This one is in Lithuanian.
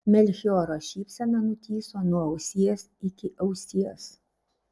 melchioro šypsena nutįso nuo ausies iki ausies